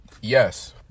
Yes